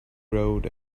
road